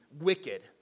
Wicked